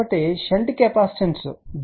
కాబట్టి shunt capacitance b విలువ 0